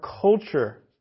culture